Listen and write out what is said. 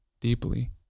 deeply